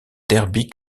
derby